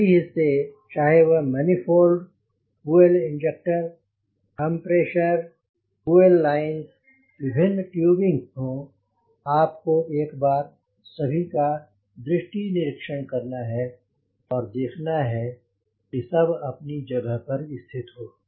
सभी हिस्से चाहे वह manifold fuel injector compressor fuel lines विभिन्न टुबिंगस हो आपको एक बार सभी का दृष्टि निरीक्षण करना है और देखना है कि सब अपनी जगह पर स्थित हो